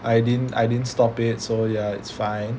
I didn't I didn't stop it so ya it's fine